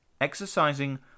exercising